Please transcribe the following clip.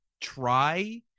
try